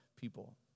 people